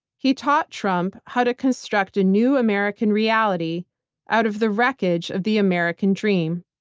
he taught trump how to construct a new american reality out of the wreckage of the american dream.